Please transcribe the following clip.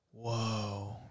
Whoa